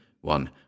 one